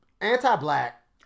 anti-black